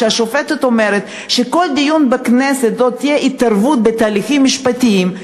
כשהשופטת אומרת שכל דיון בכנסת יהיה התערבות בתהליכים משפטיים.